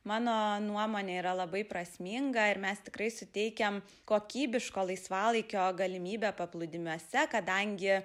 mano nuomone yra labai prasminga ir mes tikrai suteikiam kokybiško laisvalaikio galimybę paplūdimiuose kadangi